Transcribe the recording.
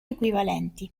equivalenti